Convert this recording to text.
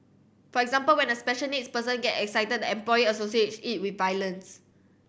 for example when a special needs person get excited the employer associates it with violence